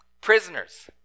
prisoners